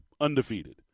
undefeated